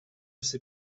ses